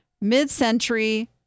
Mid-century